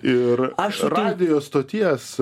ir aš radijo stoties